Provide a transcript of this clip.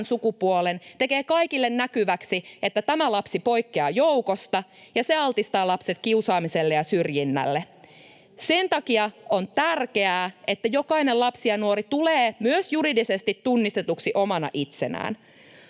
sukupuolen — tekee kaikille näkyväksi, että tämä lapsi poikkeaa joukosta, ja se altistaa lapset kiusaamiselle ja syrjinnälle. Sen takia on tärkeää, että jokainen lapsi ja nuori tulee myös juridisesti tunnistetuksi omana itsenään.